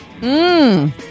Mmm